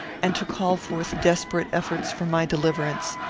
and to call forth desperate efforts for my deliverance.